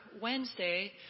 Wednesday